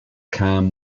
calm